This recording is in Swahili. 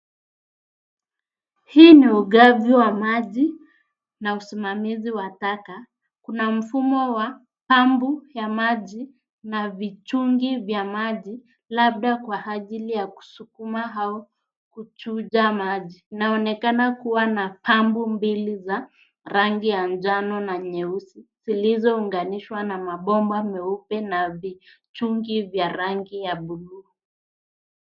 Hii ni ugavi wa maji na usimamizi wa taka. Kuna mfumo wa pampu ya maji na vichungi vya maji labda kwa ajili ya kusukuma na kuchuja maji. Inaonekana kuwa na pampu mbili za rangi ya njano na nyeusi, zilizounganishwa na mabomba meupe na vichungi vya rangi ya buluu.